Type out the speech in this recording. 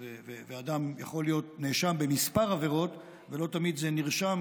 אדם יכול להיות נאשם בכמה עבירות ולא תמיד זה נרשם,